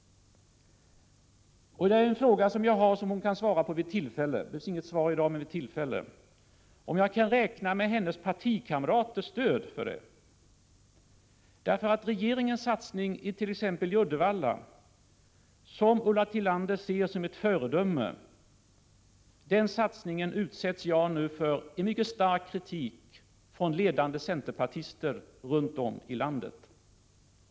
Jag har en fråga som hon kan svara på vid tillfälle, det behövs inget svar i dag: Kan jag räkna med hennes partikamraters stöd för insatser i Malmö? På grund av regeringens satsning i t.ex. Uddevalla, som Ulla Tillander ser som ett föredöme, utsätts jag nu för en mycket stark kritik från ledande centerpartister runt om i landet.